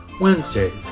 Wednesdays